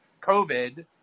COVID